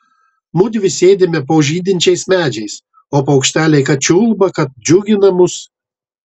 mudvi sėdime po žydinčiais medžiais o paukšteliai kad čiulba kad džiugina mus